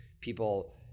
People –